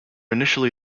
initially